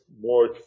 more